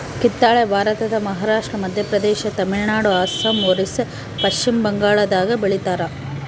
ಕಿತ್ತಳೆ ಭಾರತದ ಮಹಾರಾಷ್ಟ್ರ ಮಧ್ಯಪ್ರದೇಶ ತಮಿಳುನಾಡು ಅಸ್ಸಾಂ ಒರಿಸ್ಸಾ ಪಚ್ಚಿಮಬಂಗಾಳದಾಗ ಬೆಳಿತಾರ